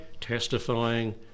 testifying